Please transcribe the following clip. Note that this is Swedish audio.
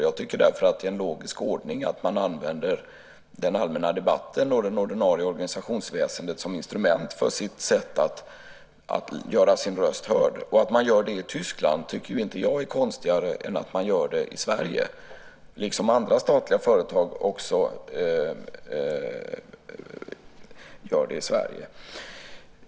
Jag tycker därför att det är en logisk ordning att man använder den allmänna debatten och det ordinarie organisationsväsendet som instrument för sitt sätt att göra sin röst hörd. Att man gör det i Tyskland tycker jag inte är konstigare än att man gör det i Sverige, liksom andra statliga företag gör det i Sverige.